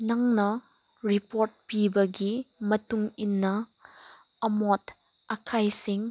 ꯅꯪꯅ ꯔꯤꯄꯣꯔꯠ ꯄꯤꯕꯒꯤ ꯃꯇꯨꯡ ꯏꯟꯅ ꯑꯃꯣꯠ ꯑꯀꯥꯏꯁꯤꯡ